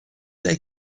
they